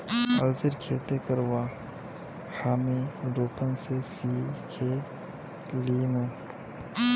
अलसीर खेती करवा हामी रूपन स सिखे लीमु